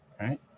right